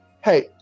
hey